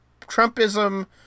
Trumpism